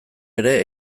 ere